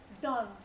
done